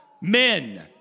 men